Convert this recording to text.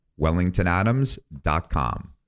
wellingtonadams.com